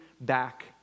back